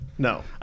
No